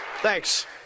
Thanks